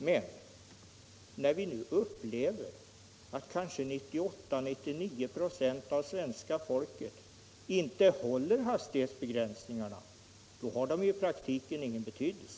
Men när vi nu upplever att kanske 98 eller 99 96 av svenska folket inte håller hastighetsbegränsningarna har ju dessa i praktiken ingen betydelse.